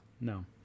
No